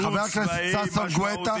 צבאי משמעותי --- חבר הכנסת ששון גואטה,